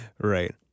right